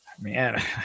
man